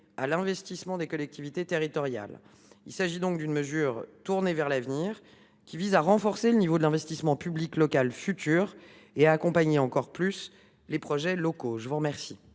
à l’investissement des collectivités territoriales. Il s’agit donc d’une mesure tournée vers l’avenir qui vise à renforcer le niveau de l’investissement public local futur et à accompagner encore davantage les projets locaux. La parole